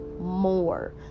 more